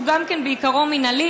שהוא גם כן בעיקרון מינהלי,